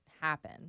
happen